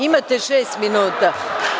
Imate šest minuta.